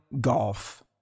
Golf